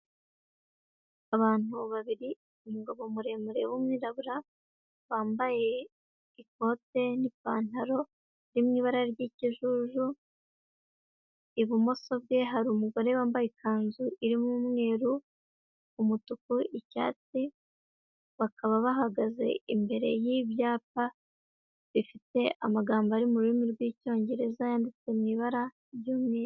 Abantu babiri, umugabo muremure w'umwirabura wambaye ikote n'ipantaro iri mu ibara ry'ikijuju, ibumoso bwe hari umugore wambaye ikanzu irimo umweru, umutuku, icyatsi, bakaba bahagaze imbere y'ibyapa bifite amagambo ari mu rurimi rw'icyongereza, yanditse mu ibara ry'umweru.